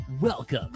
Welcome